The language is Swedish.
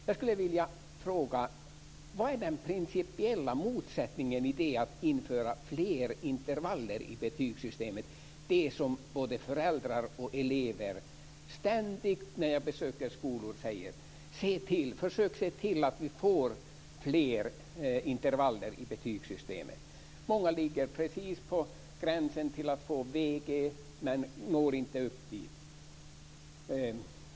Varför motsätter ni er principiellt att införa fler intervaller i betygssystemet? När jag besöker skolor säger både föräldrar och elever ständigt: Försök se till att det blir fler intervaller i betygssystemet! Många ligger precis på gränsen till att få VG, men når inte upp dit.